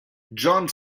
john